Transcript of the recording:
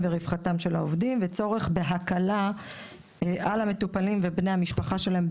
ורווחתם של העובדים; וצורך בהקלה על המטופלים ועל בני המשפחה שלהם,